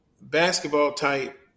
basketball-type